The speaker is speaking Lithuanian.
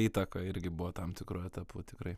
įtaka irgi buvo tam tikru etapu tikrai